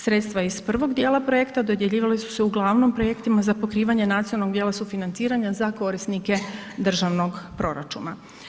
Sredstva iz prvog dijela projekta dodjeljivala su se uglavnom projektima za pokrivanje nacionalnog dijela sufinanciranja za korisnike državnog proračuna.